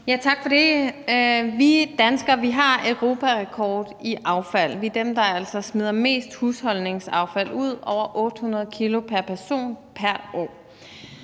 Tak for det. Vi danskere har europarekord i affald. Vi er dem, der altså smider mest husholdningsaffald ud – over 800 kg pr. person pr. år.